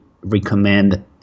recommend